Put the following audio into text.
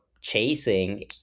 chasing